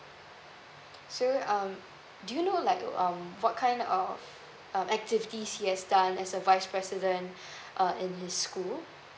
so um do you know like um what kind of um activities he has done as a vice president um in his school